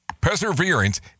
Perseverance